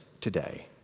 today